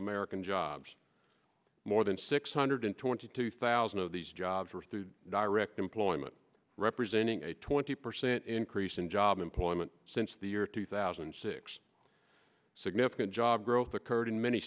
american jobs more than six hundred twenty two thousand of these jobs are through direct employment representing a twenty percent increase in job employment since the year two thousand and six significant job growth occurred in many